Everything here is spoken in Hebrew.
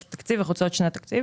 התקשרויות החוצות שנת תקציב